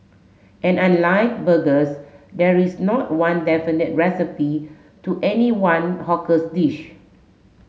and unlike burgers there is not one definitive recipe to any one hawkers dish